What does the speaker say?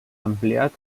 ampliat